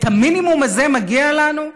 את המינימום הזה מגיע לנו,